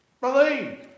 believe